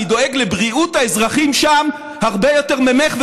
אני דואג לבריאות האזרחים שם הרבה יותר ממך,